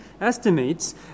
estimates